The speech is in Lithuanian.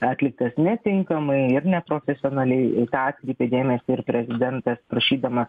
atliktas netinkamai ir neprofesionaliai į tą kreipė dėmesį ir prezidentas prašydamas